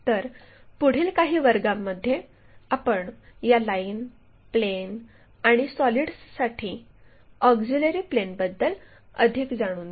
तर पुढील काही वर्गांमध्ये आपण या लाइन प्लेन आणि सॉलिड्ससाठी ऑक्झिलिअरी प्लेनबद्दल अधिक जाणून घेऊ